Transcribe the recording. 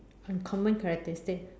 uncommon characteristics